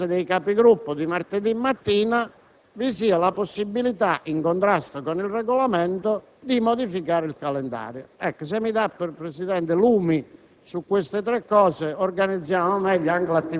si prevede che nella Conferenza dei Capigruppo di martedì mattina vi sia la possibilità, in contrasto con il Regolamento, di modificare il calendario. Se mi dà lumi su questi punti,